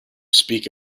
speak